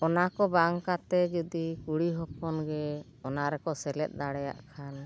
ᱚᱱᱟ ᱠᱚ ᱵᱟᱝ ᱠᱟᱛᱮᱫ ᱡᱩᱫᱤ ᱠᱩᱲᱤ ᱦᱚᱯᱚᱱ ᱜᱮ ᱚᱱᱟ ᱨᱮᱠᱚ ᱥᱮᱞᱮᱫ ᱫᱟᱲᱮᱭᱟᱜ ᱠᱷᱟᱱ